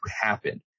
happen